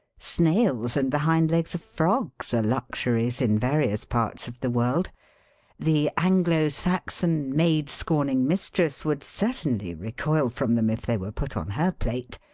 snails and the hind-legs of frogs are luxuries in various parts of the world the anglo-saxon maid-scorning mistress would certainly recoil from them if they were put on her plate,